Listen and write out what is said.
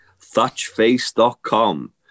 Thatchface.com